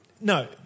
no